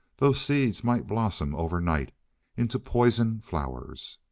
those seeds might blossom overnight into poison flowers.